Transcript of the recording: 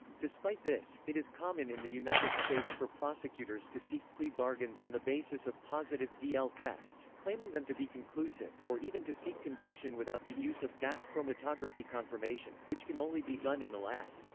despite this, it is common in the united states for prosecutors to seek plea bargains on the basis of positive d l tests, claiming them to be conclusive, or even to seek conviction without the use of gas chromatography confirmation, which can only be done in the lab.